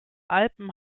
alpen